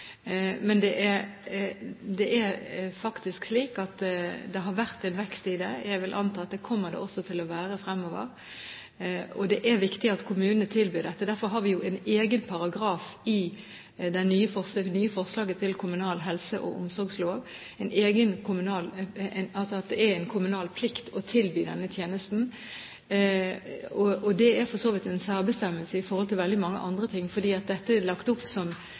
Det er faktisk slik at det har vært en vekst i dette. Jeg vil anta at det kommer det også til å være fremover. Det er viktig at kommunene tilbyr dette. Derfor har vi en egen paragraf i det nye forslaget til kommunal helse- og omsorgslov om at det er en kommunal plikt å tilby denne tjenesten. Det er for så vidt en særbestemmelse sett i forhold til veldig mange andre ting fordi dette er lagt opp som